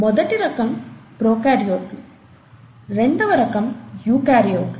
మొదటి రకం ప్రోకార్యోట్లు రెండవ రకం యూకార్యోట్లు